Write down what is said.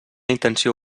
intenció